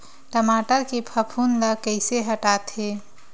टमाटर के फफूंद ल कइसे हटाथे?